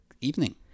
evening